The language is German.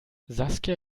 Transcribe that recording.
saskia